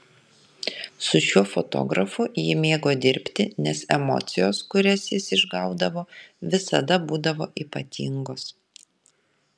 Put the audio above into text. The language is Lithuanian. su šiuo fotografu ji mėgo dirbti nes emocijos kurias jis išgaudavo visada būdavo ypatingos